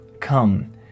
Come